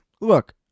Look